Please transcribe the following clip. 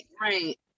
right